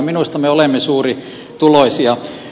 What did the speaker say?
minusta me olemme suurituloisia